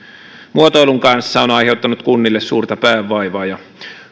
muotoilun kanssa on aiheuttanut kunnille suurta päänvaivaa ja